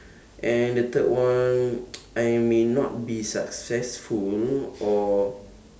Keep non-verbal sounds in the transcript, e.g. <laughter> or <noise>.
and the third one <noise> I may not be successful or